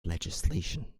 legislation